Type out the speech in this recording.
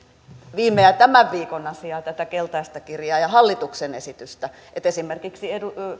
viime ja tämän viikon asiaa tätä keltaista kirjaa ja hallituksen esitystä että esimerkiksi